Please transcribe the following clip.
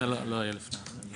זה לא יהיה לפני החגים.